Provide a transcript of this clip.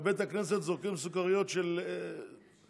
בבית הכנסת זורקים סוכריות של כלום,